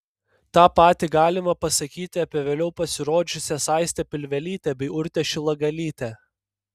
tą patį galima pasakyti apie vėliau pasirodžiusias aistę pilvelytę bei urtę šilagalytę